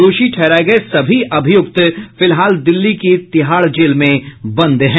दोषी ठहराये गये सभी अभियुक्त फिलहाल दिल्ली की तिहाड़ जेल में बंद हैं